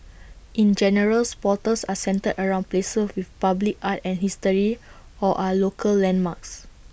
in general portals are centred around places with public art and history or are local landmarks